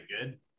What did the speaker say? good